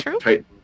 true